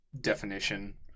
definition